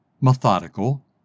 methodical